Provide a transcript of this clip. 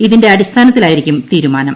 ഇതിന്റെ അടിസ്ഥാനത്തിലായിരിക്കും തീരുമാനം